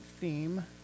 theme